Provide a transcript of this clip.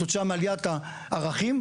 כתוצאה מעליית הערכים,